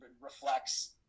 reflects